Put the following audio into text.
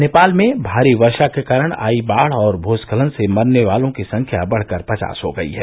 नेपाल में भारी वर्षा के कारण आई बाढ़ और भूस्खलन से मरने वालों की संख्या बढ़कर पचास हो गई है